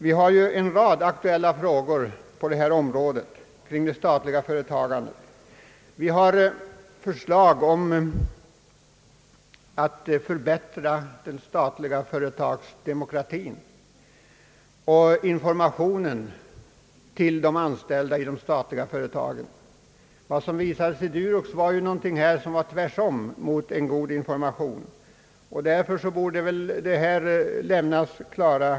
Det finns en rad aktuella frågor kring det statliga företagandet. Vi har förslag om att förbättra den statliga företagsdemokratin och informationen till de anställda inom statliga företag. I Duroxfallet uppvisades raka motsatsen till en god information, och därför borde det här lämnas en belysning i frågan.